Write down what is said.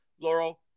Laurel